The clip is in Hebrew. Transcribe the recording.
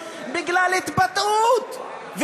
בגלל התבטאות,